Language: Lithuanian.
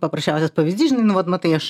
paprasčiausias pavyzdys žinai nu vat matai aš